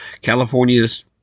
California's